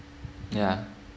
ya